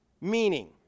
meaning